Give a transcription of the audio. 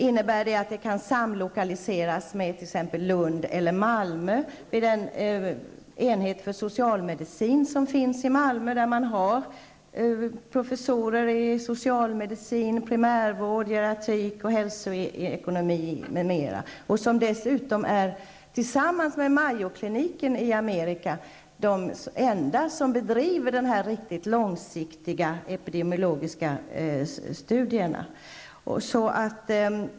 Innebär det att det kan samlokaliseras med den enhet för socialmedicin som finns i Malmö, där man har professorer i socialmedicin, primärvård, geriatrik, hälsoekonomi, m.m. och som dessutom, tillsammans med Mayoklinikerna i Amerika, är den enda institution som bedriver riktigt långsiktiga epidemiologiska studier?